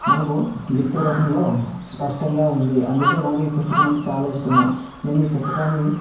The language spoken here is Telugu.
మనకు లిఖిత రూపంలో స్పష్టంగా ఉంది అందుకే నాకు ఈ పుస్తకం అంటే చాలా ఇష్టము నేను ఈ పుస్తకాన్ని